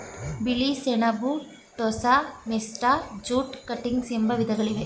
ಬಿಳಿ ಸೆಣಬು, ಟೋಸ, ಮೆಸ್ಟಾ, ಜೂಟ್ ಕಟಿಂಗ್ಸ್ ಎಂಬ ವಿಧಗಳಿವೆ